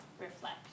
reflect